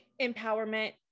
empowerment